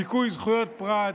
לדיכוי זכויות פרט,